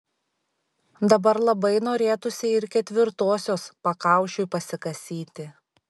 dabar labai norėtųsi ir ketvirtosios pakaušiui pasikasyti